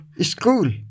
school